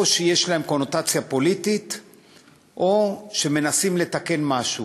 או שיש להם קונוטציה פוליטית או שמנסים לתקן משהו.